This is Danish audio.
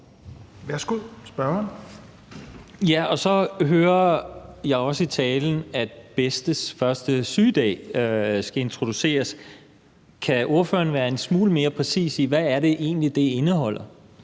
Valentin (V): Ja, og så hører jeg også i talen, at bedstes første sygedag skal introduceres. Kan ordføreren være en smule mere præcis, med hensyn til hvad det egentlig indeholder?